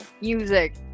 music